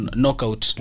knockout